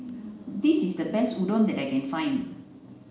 this is the best Udon that I can find